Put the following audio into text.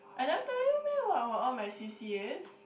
I never tell you meh about all my c_c_as